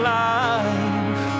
life